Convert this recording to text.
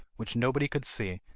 which nobody could see,